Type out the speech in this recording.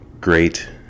great